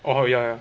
oh ya ya